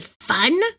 fun